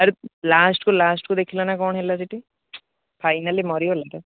ଆରେ ଲାଷ୍ଟକୁ ଲାଷ୍ଟକୁ ଦେଖିଲନା କ'ଣ ହେଲା ସେଠି ଫାଇନାଲି ମରିଗଲାରେ